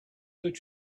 that